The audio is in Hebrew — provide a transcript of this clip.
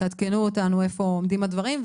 תעדכנו אותנו איפה עומדים הדברים.